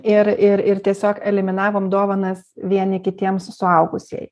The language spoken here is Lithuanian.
ir ir ir tiesiog eliminavom dovanas vieni kitiems suaugusieji